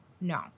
No